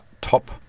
top